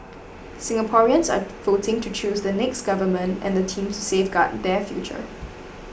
Singaporeans are voting to choose the next government and the team to safeguard their future